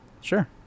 Sure